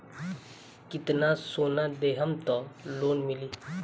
कितना सोना देहम त लोन मिली?